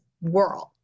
world